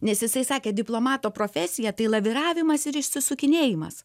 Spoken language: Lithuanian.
nes jisai sakė diplomato profesija tai laviravimas ir išsisukinėjimas